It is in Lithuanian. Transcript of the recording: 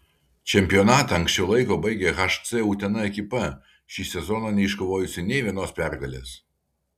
čempionatą anksčiau laiko baigė hc utena ekipa šį sezoną neiškovojusi nė vienos pergalės